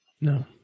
No